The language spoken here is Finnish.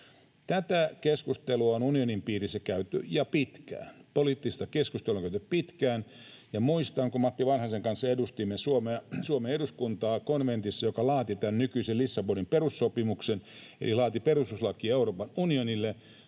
Tätä keskustelua on unionin piirissä käyty ja pitkään. Poliittista keskustelua on käyty pitkään, ja muistan, että kun Matti Vanhasen kanssa edustimme Suomen eduskuntaa konventissa, joka laati tämän nykyisen Lissabonin perussopimuksen eli laati perustuslakia Euroopan unionille,